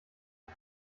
ich